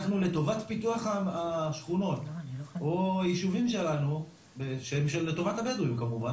אנחנו לטובת פיתוח השכונות או יישובים שלנו שהם לטובת הבדואים כמובן,